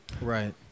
Right